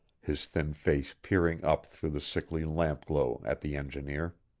his thin face peering up through the sickly lamp-glow at the engineer.